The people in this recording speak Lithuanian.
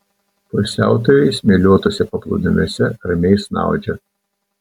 poilsiautojai smėliuotuose paplūdimiuose ramiai snaudžia